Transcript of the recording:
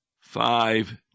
five